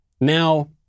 Now